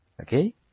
Okay